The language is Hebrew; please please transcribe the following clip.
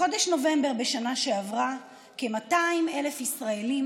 בחודש נובמבר בשנה שעברה כ-200,000 ישראלים